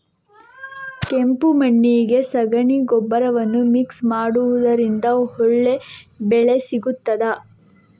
ಕೆಂಪು ಮಣ್ಣಿಗೆ ಸಗಣಿ ಗೊಬ್ಬರವನ್ನು ಮಿಕ್ಸ್ ಮಾಡುವುದರಿಂದ ಒಳ್ಳೆ ಬೆಳೆ ಸಿಗುತ್ತದಾ?